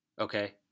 okay